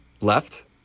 left